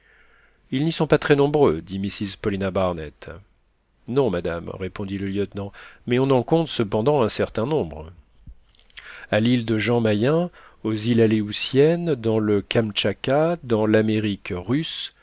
ils n'y sont pas très nombreux dit mrs paulina barnett non madame répondit le lieutenant mais on en compte cependant un certain nombre à l'île de jean mayen aux îles aléoutiennes dans le kamtchatka dans l'amérique russe